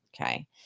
Okay